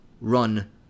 run